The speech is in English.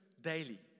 daily